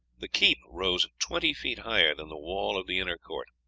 the keep rose twenty feet higher than the wall of the inner court.